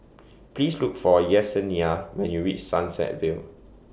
Please Look For Yessenia when YOU REACH Sunset Vale